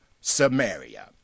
Samaria